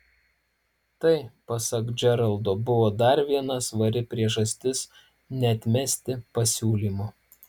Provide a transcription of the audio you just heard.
tai pasak džeraldo buvo dar viena svari priežastis neatmesti pasiūlymo